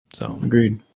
Agreed